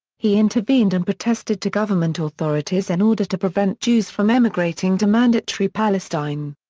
he intervened and protested to government authorities in order to prevent jews from emigrating to mandatory palestine.